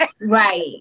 Right